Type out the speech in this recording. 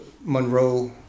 Monroe